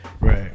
Right